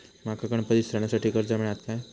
माका गणपती सणासाठी कर्ज मिळत काय?